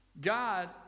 god